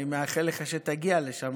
אני מאחל לך שתגיע לשם,